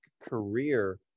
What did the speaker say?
career